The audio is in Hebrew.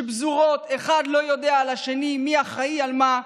שפזורות, אחד לא יודע על השני, מי אחראי על מה.